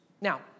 Now